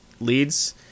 leads